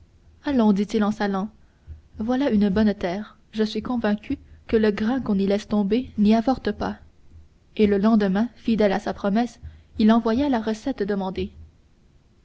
allons dit-il en s'en allant voilà une bonne terre je suis convaincu que le grain qu'on y laisse tomber n'y avorte pas et le lendemain fidèle à sa promesse il envoya la recette demandée